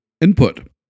input